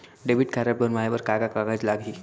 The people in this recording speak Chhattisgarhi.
डेबिट कारड बनवाये बर का का कागज लागही?